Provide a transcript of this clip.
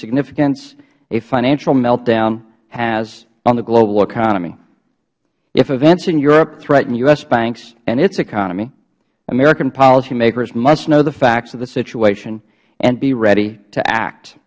significance a financial meltdown has on the global economy if events in europe threaten u s banks and its economy american policymakers must know the facts of the situation and be ready to act